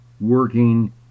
working